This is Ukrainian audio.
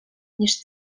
ніж